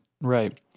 Right